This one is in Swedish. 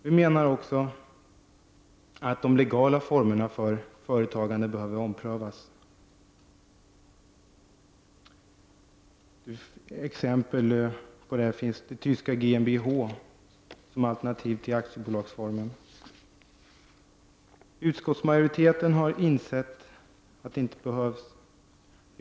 Vi menar också att de legala formerna för företagande behöver omprövas. Ett exempel på ett alternativ till aktiebolagsformen är det tyska GmbH.